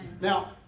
Now